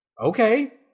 Okay